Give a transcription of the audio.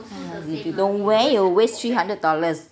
if you don't wear your waste three hundred dollars